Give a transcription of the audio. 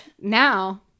Now